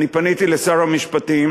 אני פניתי אל שר המשפטים.